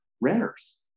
renters